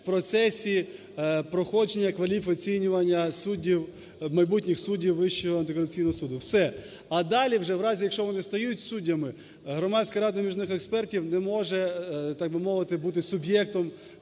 в процесі проходження кваліфоцінювання суддів, майбутніх суддів Вищого антикорупційного суду. Все. А далі вже в разі, якщо вони стають суддями, Громадська рада міжнародних експертів не може, так